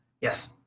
Yes